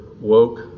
woke